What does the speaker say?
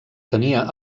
tenia